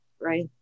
right